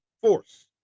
force